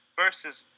versus